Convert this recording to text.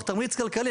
תמריץ כלכלי,